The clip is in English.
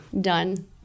Done